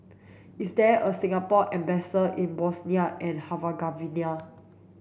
is there a Singapore embassy in Bosnia and Herzegovina